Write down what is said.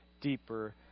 deeper